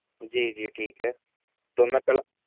جی جی ٹھیک ہے تو میں کل